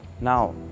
now